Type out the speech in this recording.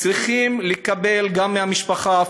צריכים לקבל גם מהמשפחה.